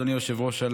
אדוני היושב-ראש,